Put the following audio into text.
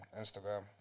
Instagram